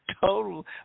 Total